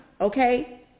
Okay